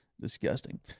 Disgusting